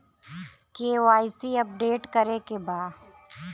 KYC update करे के बा?